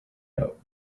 out